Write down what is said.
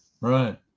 right